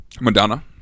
Madonna